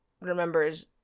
remembers